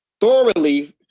thoroughly